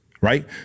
right